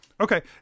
Okay